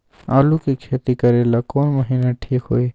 आलू के खेती करेला कौन महीना ठीक होई?